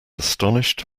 astonished